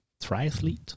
Triathlete